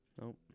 Nope